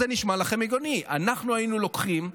אנחנו היינו לוקחים,